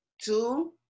two